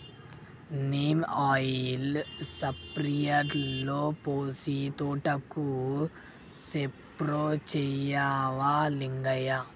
neem oil స్ప్రేయర్లో పోసి తోటకు స్ప్రే చేయవా లింగయ్య